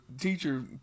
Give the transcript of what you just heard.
teacher